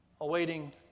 awaiting